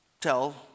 tell